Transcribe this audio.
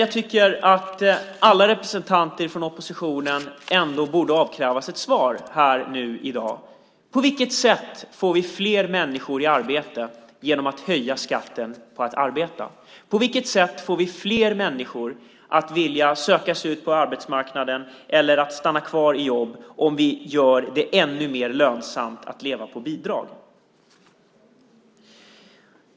Jag tycker att alla representanter för oppositionen borde avkrävas ett svar i dag. På vilket sätt får vi fler människor i arbete genom att höja skatten på arbete? På vilket sätt får vi fler människor att vilja söka sig ut på arbetsmarknaden eller stanna kvar i jobb om vi gör det ännu mer lönsamt att leva på bidrag?